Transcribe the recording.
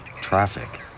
traffic